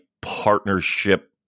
partnership